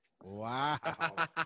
Wow